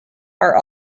are